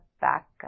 back